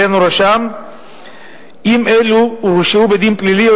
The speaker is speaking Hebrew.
דיין או רשם אם אלו הורשעו בדין פלילי או